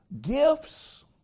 gifts